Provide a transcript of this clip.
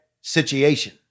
situation